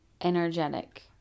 energetic